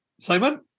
Simon